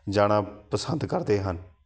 ਜਾਣਾ ਪਸੰਦ ਕਰਦੇ ਹਨ